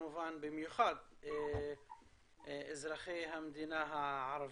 במיוחד אזרחי המדינה הערביים.